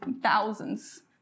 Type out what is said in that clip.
Thousands